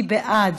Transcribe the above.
מי בעד?